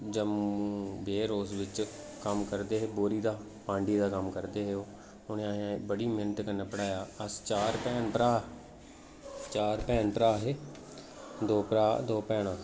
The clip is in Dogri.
जम्मू वेयर हाऊस बिच कम्म करदे हे बोरी दा पांडी दा कम्म करदे हे ओह् उ'नें असें ई बड़ी मेह्नत कन्नै पढ़ाया अस चार भैन भ्राऽ चार भैन भ्राऽ हे दो भ्राऽ दो भैनां